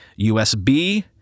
USB